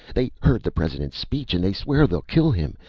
they heard the president's speech and they swear they'll kill him!